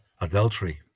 adultery